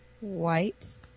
White